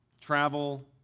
travel